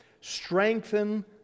Strengthen